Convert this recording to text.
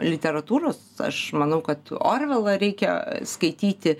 literatūros aš manau kad orvelą reikia skaityti